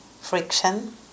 friction